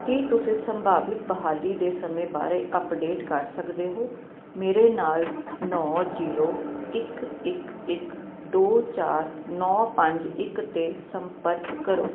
ਕੀ ਤੁਸੀਂ ਸੰਭਾਵਿਤ ਬਹਾਲੀ ਦੇ ਸਮੇਂ ਬਾਰੇ ਅੱਪਡੇਟ ਕਰ ਸਕਦੇ ਹੋ ਮੇਰੇ ਨਾਲ ਨੌਂ ਜੀਰੋ ਇੱਕ ਇੱਕ ਇੱਕ ਦੋ ਚਾਰ ਨੌਂ ਪੰਜ ਇੱਕ 'ਤੇ ਸੰਪਰਕ ਕਰੋ